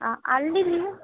ಹಾಂ ಅಲ್ಲಿ ನೀವು